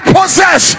possess